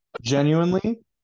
genuinely